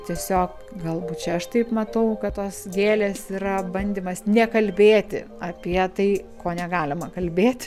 tiesiog galbūt čia aš taip matau kad tos gėlės yra bandymas nekalbėti apie tai ko negalima kalbėti